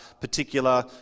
particular